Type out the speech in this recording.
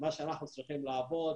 שיהיה ברור.